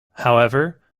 however